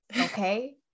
okay